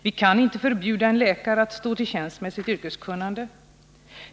Vi kan inte förbjuda en läkare att stå till tjänst med sitt yrkeskunnande ———.